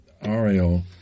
Ariel